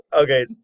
Okay